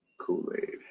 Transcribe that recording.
Kool-Aid